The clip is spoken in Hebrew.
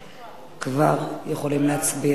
יכולים כבר להצביע.